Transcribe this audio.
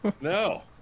No